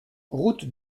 route